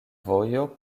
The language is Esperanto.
vojo